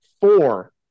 four